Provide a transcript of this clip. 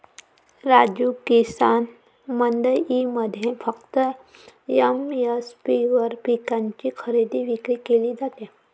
राजू, किसान मंडईमध्ये फक्त एम.एस.पी वर पिकांची खरेदी विक्री केली जाते